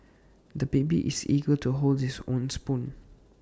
the baby is eager to hold his own spoon